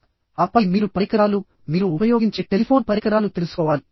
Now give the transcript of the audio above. మీ desk ఆపై మీరు పరికరాలు మీరు ఉపయోగించే టెలిఫోన్ పరికరాలు తెలుసుకోవాలి